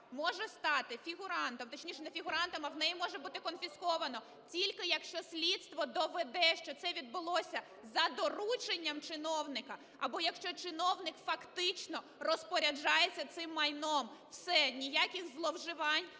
може стати фігурантом, точніше, не фігурантом, а в неї може бути конфісковано, тільки якщо слідство доведе, що це відбулося за дорученням чиновника або якщо чиновник, фактично, розпоряджається цим майном. Все, ніяких зловживань,